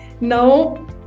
now